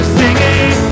singing